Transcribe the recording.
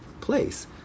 place